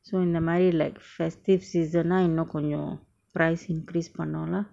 so இந்தமாரி:indthamari like festive season ah இன்ன கொஞ்சோ:inna konjo price increase பண்ணோ:panno lah